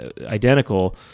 identical